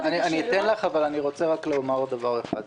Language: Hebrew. אתן לך, אבל אני רוצה רק לומר עוד דבר אחד.